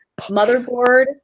Motherboard